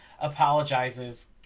apologizes